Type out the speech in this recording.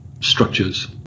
structures